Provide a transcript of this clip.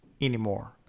anymore